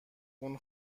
اون